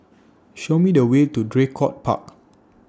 Show Me The Way to Draycott Park